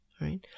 Right